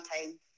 time